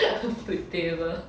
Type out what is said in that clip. flip table